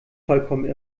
vollkommen